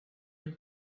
him